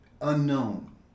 unknown